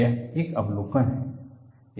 यह एक अवलोकन है